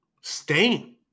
Stain